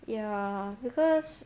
ya because